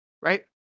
right